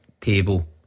table